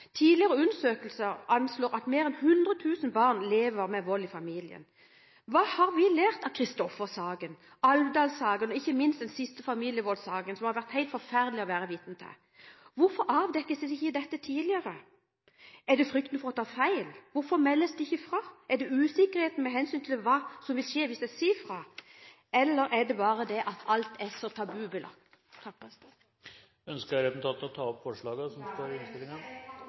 Tidligere undersøkelser anslår at mer enn 100 000 barn lever med vold i familien. Hva har vi lært av Christoffer-saken, Alvdal-saken og ikke minst den siste familievoldssaken, som har vært helt forferdelig å være vitne til? Hvorfor avdekkes ikke dette tidligere? Er det frykten for å ta feil? Hvorfor meldes det ikke fra? Er det usikkerhet med hensyn til hva som vil skje hvis man sier fra? Eller er det bare det at alt er så tabubelagt? Jeg tar opp forslagene fra Fremskrittspartiet og Høyre. Representanten Åse Michaelsen har tatt opp